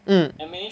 mm